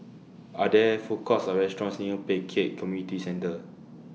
Are There Food Courts Or restaurants near Pek Kio Community Centre